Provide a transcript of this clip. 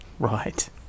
right